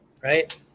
right